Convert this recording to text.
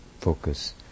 focus